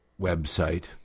website